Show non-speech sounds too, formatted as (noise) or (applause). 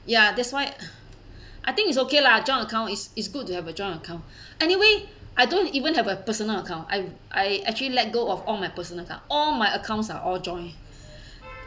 ya that's why (breath) I think is okay lah joint accounts it's is good to have a joint account (breath) anyway I don't even have a personal account I I actually let go of all my personal account all my accounts are all joint